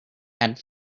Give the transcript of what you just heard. add